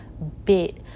Bit